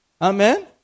Amen